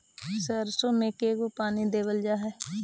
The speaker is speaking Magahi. सरसों में के गो पानी देबल जा है?